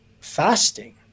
fasting